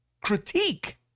critique